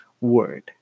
word